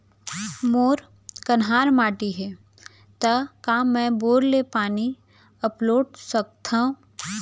मोर कन्हार माटी हे, त का मैं बोर ले पानी अपलोड सकथव?